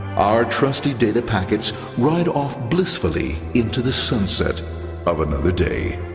our trusty data packets ride off blissfully into the sunset of another day,